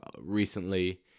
recently